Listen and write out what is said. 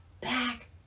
back